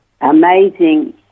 amazing